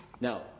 Now